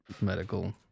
medical